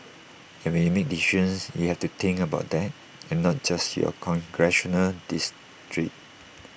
and when you make decisions you have to think about that and not just your congressional district